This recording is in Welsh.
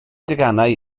deganau